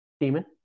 demon